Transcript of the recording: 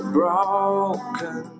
broken